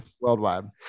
worldwide